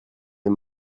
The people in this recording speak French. est